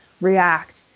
react